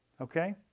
okay